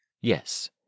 Yes